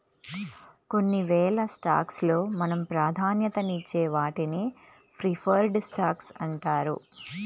కొన్నివేల స్టాక్స్ లో మనం ప్రాధాన్యతనిచ్చే వాటిని ప్రిఫర్డ్ స్టాక్స్ అంటారు